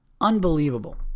Unbelievable